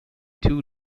two